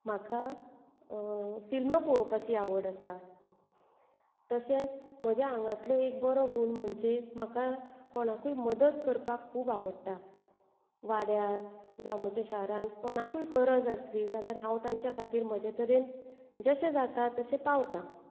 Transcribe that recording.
म्हाका फिल्मां पळोवपाची आवड आसा तशेंच म्हज्या आंगातलो एक बरो गूण म्हणजें म्हाका कोणाकूय मदत करपाक खूब आवडटा वाड्यार जावं म्हज्या शारान कोणाकूय गरज आसली जाल्यार हांव तांच्या खातीर म्हजे तरेन जशें जाता तशें पावतां